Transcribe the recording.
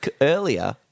earlier